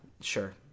sure